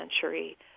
century